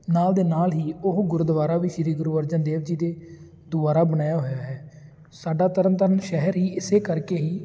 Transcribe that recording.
ਨਾਲ ਦੇ ਨਾਲ ਹੀ ਉਹ ਗੁਰਦੁਆਰਾ ਵੀ ਸ਼੍ਰੀ ਗੁਰੂ ਅਰਜਨ ਦੇਵ ਜੀ ਦੇ ਦੁਆਰਾ ਬਣਾਇਆ ਹੋਇਆ ਹੈ ਸਾਡਾ ਤਰਨਤਾਰਨ ਸ਼ਹਿਰ ਹੀ ਇਸੇ ਕਰਕੇ ਹੀ